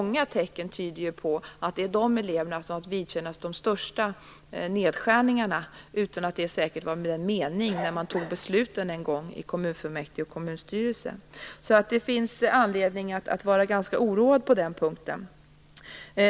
Många tecken tyder på att det är de eleverna som har fått vidkännas de största nedskärningarna, fastän detta säkert inte var meningen när man en gång fattade besluten i kommunfullmäktige och kommunstyrelse. Det finns alltså anledning att vara ganska oroad på den punkten.